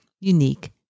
unique